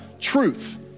truth